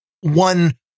one